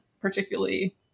particularly